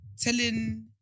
telling